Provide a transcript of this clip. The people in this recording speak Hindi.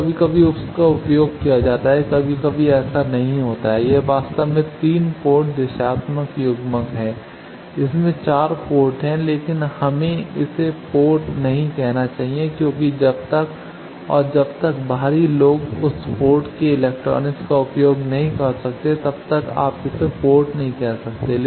तो कभी कभी इसका उपयोग किया जाता है कभी कभी ऐसा नहीं होता है यह वास्तव में 3 पोर्ट दिशात्मक युग्मक है इसमें 4 पोर्ट है लेकिन हमें इसे पोर्ट नहीं कहना चाहिए क्योंकि जब तक और जब तक बाहरी लोग उस पोर्ट के इलेक्ट्रॉनिक्स का उपयोग नहीं कर सकते तब तक आप इसे पोर्ट नहीं कह सकते